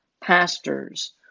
pastors